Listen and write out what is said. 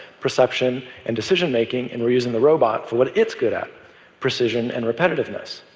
perception and decision making. and we're using the robot for what it's good at precision and repetitiveness.